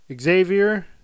Xavier